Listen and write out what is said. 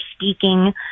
speaking